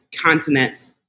continents